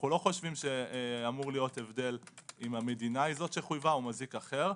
אנו לא חושבים שאמור להיות הבדל אם המדינה היא שחויבה או מזיק אחר.